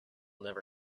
never